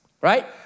right